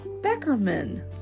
Beckerman